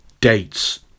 dates